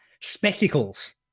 spectacles